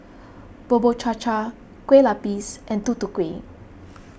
Bubur Cha Cha Kue Lupis and Tutu Kueh